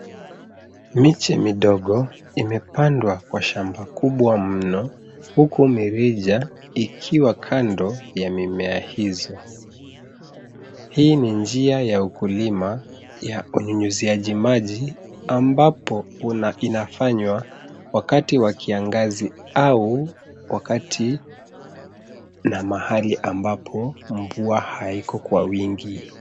Miche midogo imepandwa kwa shamba kubwa mno huku mirija ikiwa kando ya mimea hizo. Hii ni njia ya ukulima ya unyunyuziaji maji ambapo inafanywa wakati wa kiangazi au wakati na mahali ambapo mvua haiko kwa wingi.